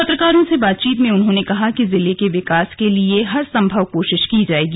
पत्रकारों से बातचीत में उन्होंने कहा कि जिले के विकास के लिए हर संभव कोशिश की जाएगी